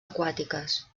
aquàtiques